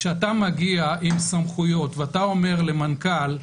כשאתה מגיע עם סמכויות ואתה אומר למנכ"ל: